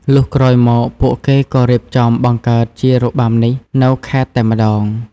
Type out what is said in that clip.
លុះក្រោយមកពួកគេក៏រៀបចំបង្កើតជារបាំនេះនៅខេត្តតែម្តង។